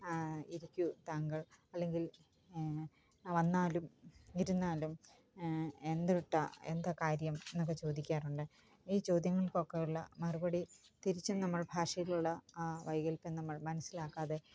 ഇരിക്കൂ താങ്കൾ അല്ലെങ്കിൽ വന്നാലും ഇരുന്നാലും എന്തൂട്ടാണ് എന്താകാര്യം എന്നൊക്കെ ചോദിക്കാറുണ്ട് ഈ ചോദ്യങ്ങൾക്കൊക്കെയുള്ള മറുപടി തിരിച്ചും നമ്മൾ ഭാഷയിലുള്ള വൈകൽപ്യം നമ്മൾ മനസ്സിലാക്കാതെ